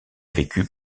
vécu